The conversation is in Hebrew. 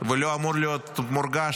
לא אמור להיות מורגש,